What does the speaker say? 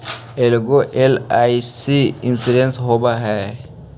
ऐगो LIC insurance होव है?